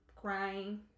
crying